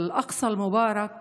(אומרת בערבית: אל-אקצא המבורך